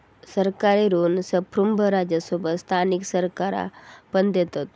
सरकारी ऋण संप्रुभ राज्यांसोबत स्थानिक सरकारा पण देतत